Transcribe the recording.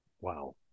Wow